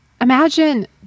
Imagine